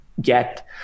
get